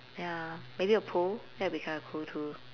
ya maybe a pool that'd be kind of cool too